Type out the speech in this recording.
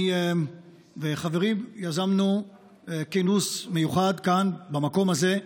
אני וחברים יזמנו כינוס מיוחד כאן, במקום הזה,